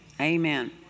Amen